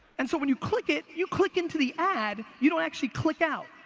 and so, when you click it, you click into the ad, you don't actually click out.